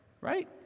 right